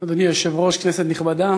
אדוני היושב-ראש, כנסת נכבדה,